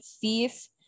thief